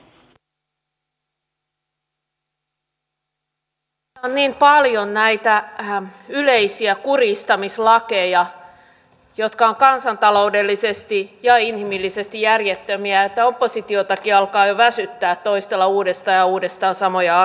näitä on niin paljon näitä yleisiä kuristamislakeja jotka ovat kansantaloudellisesti ja inhimillisesti järjettömiä että oppositiotakin alkaa jo väsyttää toistella uudestaan ja uudestaan samoja asioita